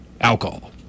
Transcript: Alcohol